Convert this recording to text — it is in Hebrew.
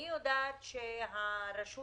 אני יודעת שלרשות